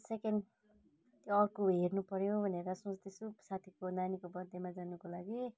second अर्को हेर्नु पर्यो भनेर सोच्दैछु साथीको नानीको बर्थडेमा जानुको लागि